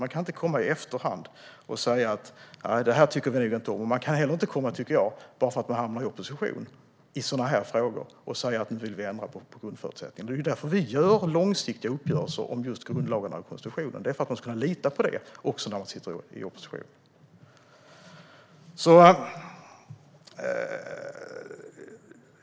Man kan inte komma i efterhand och säga "nej, det här tycker vi nog inte om", och man kan inte heller, tycker jag, bara för att man hamnar i opposition, i sådana här frågor komma och säga att man vill ändra på grundförutsättningarna. Det är ju därför vi gör långsiktiga uppgörelser om just grundlagarna och konstitutionen: för att man ska kunna lita på det också när man sitter i opposition.